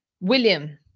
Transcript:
William